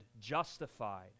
justified